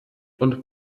und